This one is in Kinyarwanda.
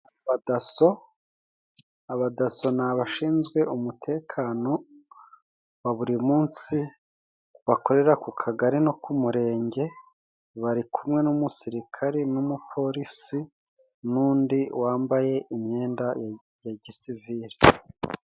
Abadaso abadaso ni abashinzwe umutekano wa buri munsi bakorera ku kagari no ku murenge, bari kumwe n'umusirikari n'umuporisi n'undi wambaye imyenda ya gisiviri.